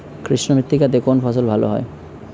কৃষ্ণ মৃত্তিকা তে কোন ফসল ভালো হয়?